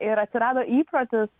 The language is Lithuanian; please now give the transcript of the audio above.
ir atsirado įprotis